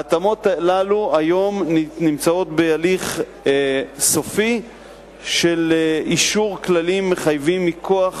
ההתאמות הללו נמצאות היום בהליך סופי של אישור כללים מחייבים מכוח